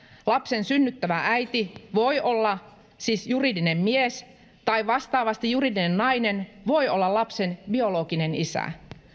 lapsen synnyttävä äiti voi siis olla juridinen mies tai vastaavasti juridinen nainen voi olla lapsen biologinen isä